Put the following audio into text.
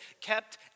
kept